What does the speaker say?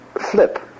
flip